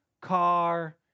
car